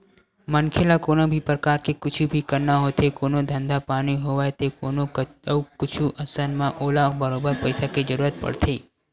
मनखे ल कोनो भी परकार के कुछु भी करना होथे कोनो धंधा पानी होवय ते कोनो अउ कुछु अइसन म ओला बरोबर पइसा के जरुरत पड़थे